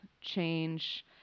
change